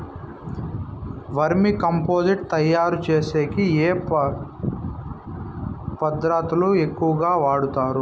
వర్మి compost తయారుచేసేకి ఏ పదార్థాలు ఎక్కువగా వాడుతారు